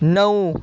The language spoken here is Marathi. नऊ